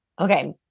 Okay